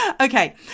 Okay